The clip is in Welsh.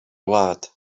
wlad